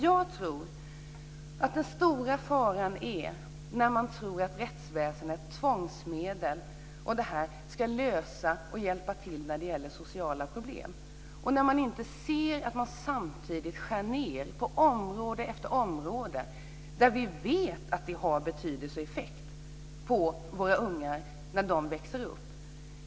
Jag tror att den stora faran är när man tror att rättsväsendet och tvångsmedel ska hjälpa till att lösa sociala problem och när man inte ser att man samtidigt skär ned på område efter område. Vi vet att det har effekt på våra unga när de växer upp.